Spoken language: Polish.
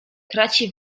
traci